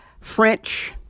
French